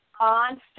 on